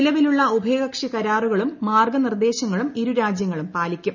നിലവിലുള്ള ഉഭയകക്ഷി കരാറുകളും മാർഗ്ഗനിർദ്ദേശങ്ങളും ഇരു രാജ്യങ്ങളും പാലിക്കും